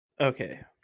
Okay